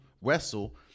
wrestle